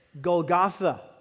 Golgotha